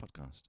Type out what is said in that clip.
Podcast